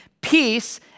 peace